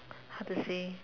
how to say